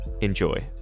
Enjoy